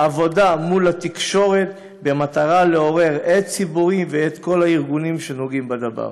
עבודה עם התקשורת במטרה לעורר הד ציבורי ואת כל הארגונים שנוגעים בדבר.